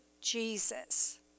Jesus